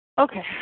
Okay